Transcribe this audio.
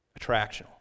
attractional